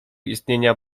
istnienia